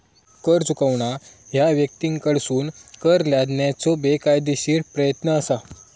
कर चुकवणा ह्या व्यक्तींकडसून कर लादण्याचो बेकायदेशीर प्रयत्न असा